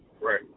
Right